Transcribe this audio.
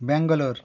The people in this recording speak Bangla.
ব্যাঙ্গালোর